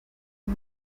and